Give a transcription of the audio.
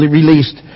released